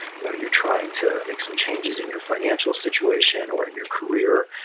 you know you're trying to make some changes in your financial situation or in your career,